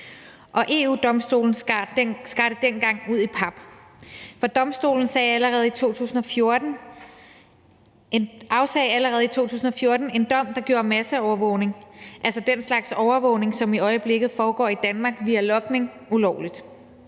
EU-Domstolen skar det dengang ud i pap. Domstolen afsagde allerede i 2014 en dom, der gjorde masseovervågning, altså den slags overvågning, som i øjeblikket foregår i Danmark via logning, ulovligt.